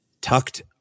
tucked